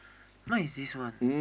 now is this one